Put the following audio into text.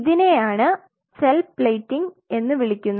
ഇതിനെയാണ് cell plating എന്ന് വിളിക്കുന്നത്